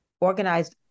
organized